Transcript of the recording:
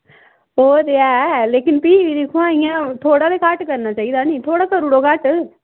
ओह् ते ऐ लेकिन फ्ही बी दिक्खो इ'यां थोह्ड़ा ते घट्ट करना चाहिदा नीं थोह्ड़ा करी ओड़ो घट्ट